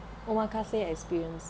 omakase experience